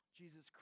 Jesus